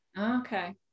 Okay